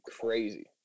crazy